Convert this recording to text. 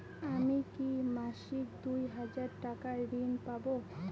আমি কি মাসিক দুই হাজার টাকার ঋণ পাব?